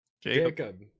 Jacob